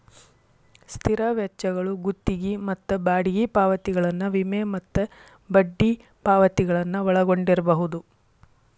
ಸ್ಥಿರ ವೆಚ್ಚಗಳು ಗುತ್ತಿಗಿ ಮತ್ತ ಬಾಡಿಗಿ ಪಾವತಿಗಳನ್ನ ವಿಮೆ ಮತ್ತ ಬಡ್ಡಿ ಪಾವತಿಗಳನ್ನ ಒಳಗೊಂಡಿರ್ಬಹುದು